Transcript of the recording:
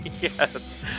yes